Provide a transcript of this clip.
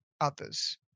others